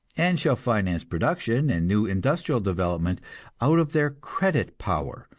and shall finance production and new industrial development out of their credit power,